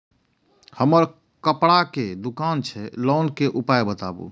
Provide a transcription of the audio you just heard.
हमर कपड़ा के दुकान छै लोन के उपाय बताबू?